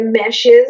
meshes